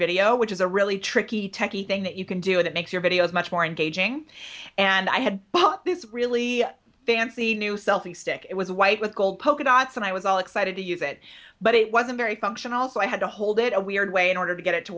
video which is a really tricky techie thing that you can do and it makes your videos much more engaging and i had bought these really fancy new selfie stick it was white with gold polka dots and i was all excited to use it but it wasn't very functional so i had to hold it a weird way in order to get it to